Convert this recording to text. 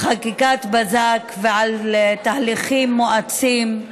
חקיקת בזק ועל תהליכים מואצים,